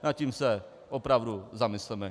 Nad tím se opravdu zamysleme.